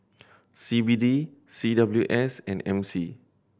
C B D C W S and M C